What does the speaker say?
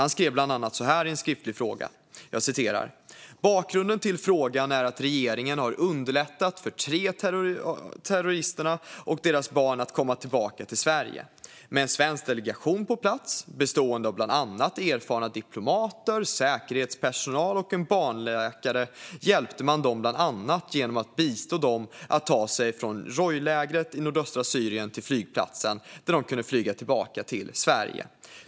Han skrev bland annat så här i en skriftlig fråga: "Bakgrunden till frågan är att regeringen har underlättat för de tre terroristerna och deras barn att komma tillbaka till Sverige. Med en svensk delegation på plats, bestående av bland annat erfarna diplomater, säkerhetspersonal och en barnläkare, hjälpte man dem bland annat genom att bistå dem att ta sig från Rojlägret i nordöstra Syrien till flygplatsen, där de kunde flyga tillbaka till Sverige.